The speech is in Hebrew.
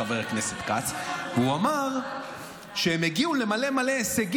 חבריי חברי הכנסת, במקרה או שלא במקרה לגמרי,